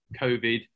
COVID